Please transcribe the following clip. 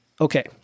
Okay